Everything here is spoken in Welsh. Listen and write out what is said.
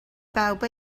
bawb